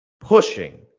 pushing